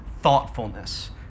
thoughtfulness